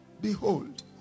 Behold